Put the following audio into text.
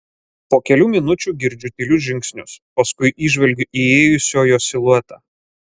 po kelių minučių girdžiu tylius žingsnius paskui įžvelgiu įėjusiojo siluetą